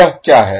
यह क्या है